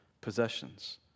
possessions